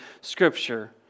Scripture